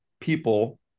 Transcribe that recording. people